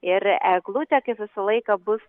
ir eglutė kaip visą laiką bus